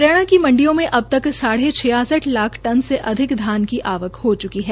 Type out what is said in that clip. हरियाणा की मंडियो में अब तक साढ़े छियासठ लाख टन से अधिक धानक की आवक हई है